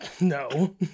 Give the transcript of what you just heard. No